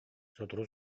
сотору